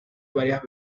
varias